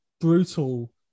brutal